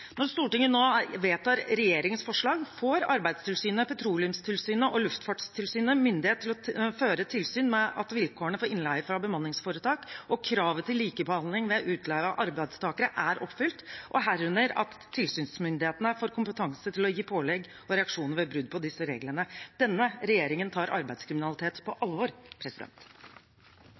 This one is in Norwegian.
Når Stortinget nå vedtar regjeringens forslag, får Arbeidstilsynet, Petroleumstilsynet og Luftfartstilsynet myndighet til å føre tilsyn med at vilkårene for innleie fra bemanningsforetak og kravet til likebehandling ved utleie av arbeidstakere er oppfylt, og herunder at tilsynsmyndighetene får kompetanse til å gi pålegg og reaksjoner ved brudd på disse reglene. Denne regjeringen tar arbeidslivskriminalitet på alvor.